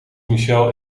michel